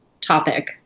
topic